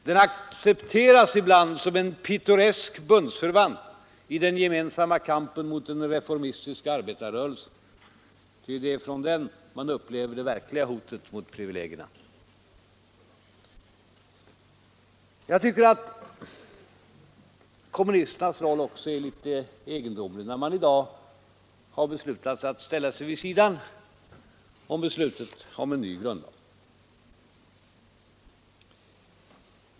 Den accepteras ibland som en pittoresk bundsförvant i den gemensamma kampen mot den reformistiska arbetarrörelsen. Ty det är ifrån den man upplever det verkliga hotet mot privilegierna. Jag tycker också att kommunisternas roll är litet egendomlig, när de i dag har bestämt sig för att stå vid sidan om beslutet rörande en ny grundlag.